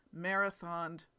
marathoned